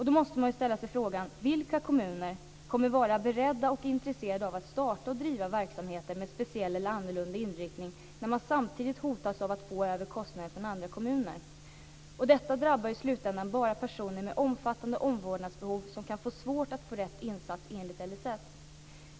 Då måste man ställa sig frågan: Vilka kommuner kommer att vara beredda och intresserade av att starta och driva verksamheter med speciell eller annorlunda inriktning när man samtidigt hotas av att få över kostnader från andra kommuner? Detta drabbar i slutändan bara personer med omfattande omvårdnadsbehov som kan få svårt att få rätt insats enligt LSS.